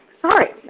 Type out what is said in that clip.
Sorry